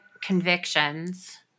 convictions